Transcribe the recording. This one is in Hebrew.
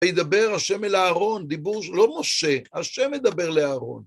וידבר השם אל אהרון, דיבור.. לא משה, השם ידבר לאהרון.